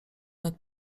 nad